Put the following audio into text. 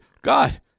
God